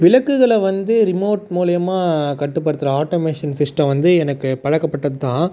விளக்குகளை வந்து ரிமோட் மூலியமாக கட்டுப்படுத்துகிற ஆட்டோமேஷன் சிஸ்டம் வந்து எனக்கு பழக்கப்பட்டது தான்